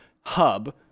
hub